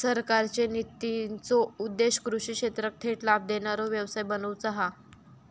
सरकारचे नितींचो उद्देश्य कृषि क्षेत्राक थेट लाभ देणारो व्यवसाय बनवुचा हा